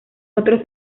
otros